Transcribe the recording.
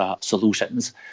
solutions